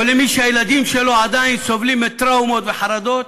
או למי שהילדים שלו עדיין סובלים מטראומות וחרדות?